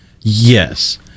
Yes